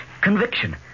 conviction